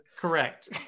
Correct